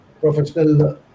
professional